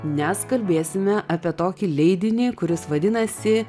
nes kalbėsime apie tokį leidinį kuris vadinasi